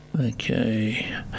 Okay